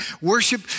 worship